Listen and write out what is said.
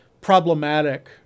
problematic